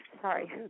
Sorry